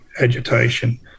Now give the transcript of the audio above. agitation